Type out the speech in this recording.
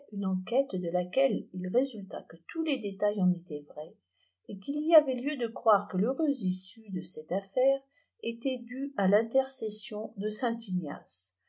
une enquête de laquelle if résulta que tois les détails ea étaient vrai et qta'it y avait lieu do croire que l'ipteureus ise db cette allaire ét due à fintercessiou de saint